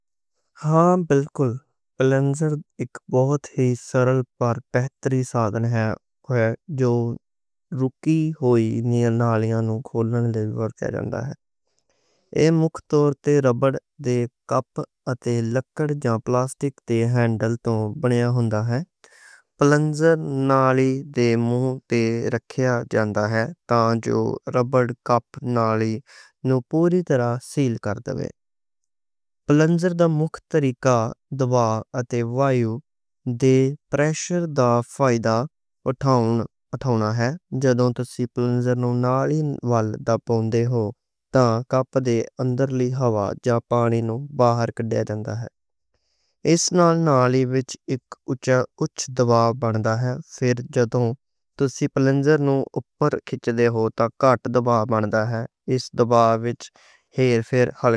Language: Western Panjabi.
ہاں بس پلنجر اک سادہ پر بہترین آلہ ہے۔ زیادہ تر ایہ ربڑ دے کپ تے لکڑی یا پلاسٹک دے ہینڈل نال بنا ہوتا ہے۔ پلنجر نالی دے منہ تے رکھیا جاندا ہے تاکہ ربڑ دا کپ نالی نوں پوری طرح سیل کرتا۔ پلنجر دے اُتے زور دیو تے ہوا دے دباؤ دا فائدہ اٹھاؤ۔ جدوں تسی پلنجر نوں نالی ول دباتے او تاں کپ دے اندر دی ہوا یا پانی نوں باہر نکالا جاندا ہے۔ اس نال نالی وچ اونچا دباؤ بنتا ہے۔ پھر جدوں تسی پلنجر نوں اُتے کھینچدے او تاں کم دباؤ بنتا ہے۔